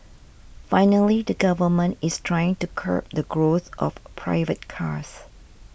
finally the government is trying to curb the growth of private cars